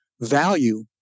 value